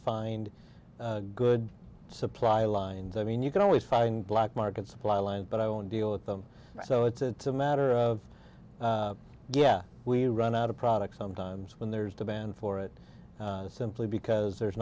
find a good supply lines i mean you can always find black market supply lines but i don't deal with them so it's a matter of yeah we run out of products sometimes when there is demand for it simply because there